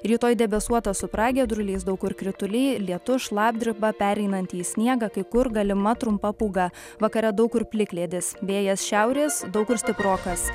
rytoj debesuota su pragiedruliais daug kur krituliai lietus šlapdriba pereinanti į sniegą kai kur galima trumpa pūga vakare daug kur plikledis vėjas šiaurės daug kur stiprokas